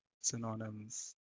synonyms